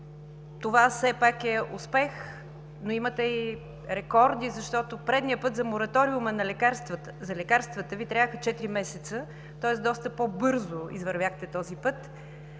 Това все пак е успех, но имате и рекорди, защото предния път за мораториума за лекарствата Ви трябваха четири месеца, тоест доста по-бързо извървяхте този път.